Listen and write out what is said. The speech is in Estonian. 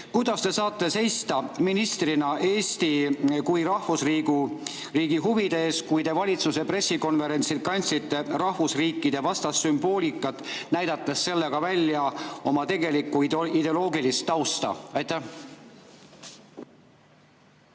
Kuidas te saate seista ministrina Eesti kui rahvusriigi huvide eest, kui te valitsuse pressikonverentsil kandsite rahvusriikidevastast sümboolikat, näidates sellega välja oma tegelikku ideoloogilist tausta? Tänan!